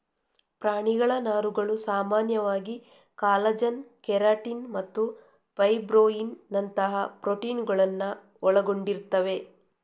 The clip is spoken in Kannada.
ಪ್ರಾಣಿಗಳ ನಾರುಗಳು ಸಾಮಾನ್ಯವಾಗಿ ಕಾಲಜನ್, ಕೆರಾಟಿನ್ ಮತ್ತು ಫೈಬ್ರೋಯಿನ್ ನಂತಹ ಪ್ರೋಟೀನುಗಳನ್ನ ಒಳಗೊಂಡಿರ್ತವೆ